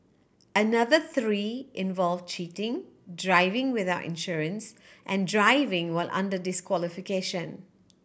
another three involve cheating driving without insurance and driving while under disqualification